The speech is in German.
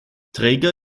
träger